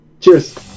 Cheers